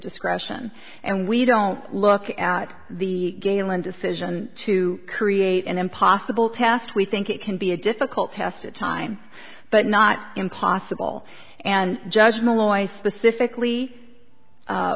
discretion and we don't look at the galen decision to eate an impossible task we think it can be a difficult test of time but not impossible and judge malloy specifically